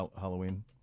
Halloween